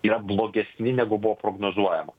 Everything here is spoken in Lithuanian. yra blogesni negu buvo prognozuojama